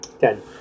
Ten